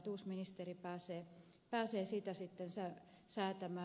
uusi ministeri pääsee sitä sitten säätämään